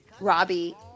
Robbie